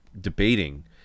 debating